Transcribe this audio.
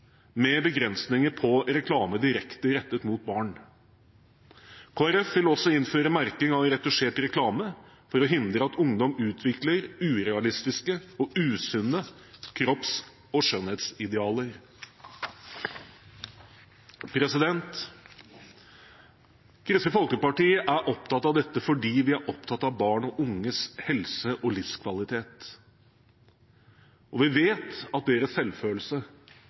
med begrensninger på reklame direkte rettet mot barn. KrF vil også innføre merking av retusjert reklame for å hindre at ungdom utvikler urealistiske og usunne kropps- og skjønnhetsidealer.» Kristelig Folkeparti er opptatt av dette fordi vi er opptatt av barn og unges helse og livskvalitet. Vi vet at deres selvfølelse